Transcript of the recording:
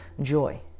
joy